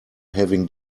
having